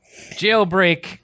jailbreak